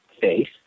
face